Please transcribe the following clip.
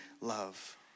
love